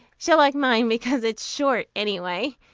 she'll like mine because it's short, anyway,